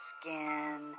skin